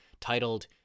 titled